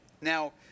Now